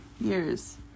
years